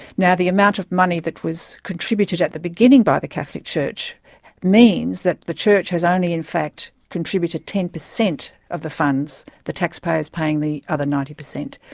now, the amount of money that was contributed at the beginning by the catholic church means that the church has only in fact contributed ten per cent of the funds the taxpayer's paying the other ninety per cent.